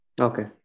Okay